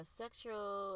sexual